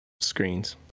screens